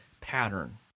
pattern